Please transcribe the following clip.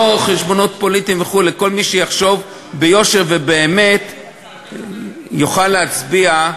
לא חשבונות פוליטיים וכו' כל מי שיחשוב ביושר ובאמת יוכל להצביע,